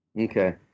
Okay